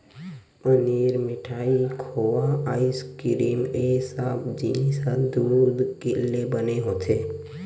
पनीर, मिठाई, खोवा, आइसकिरिम ए सब जिनिस ह दूद ले बने होथे